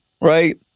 right